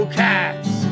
cats